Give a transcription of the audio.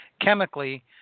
chemically